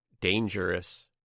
dangerous